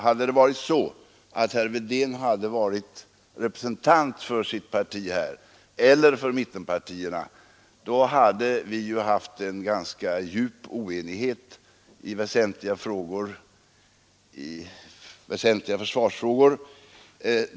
Hade herr Wedén i detta ärende representerat sitt parti eller mittenpartierna, hade det rått en ganska djup oenighet i väsentliga försvarsfrågor.